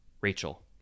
Rachel